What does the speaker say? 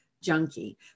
Junkie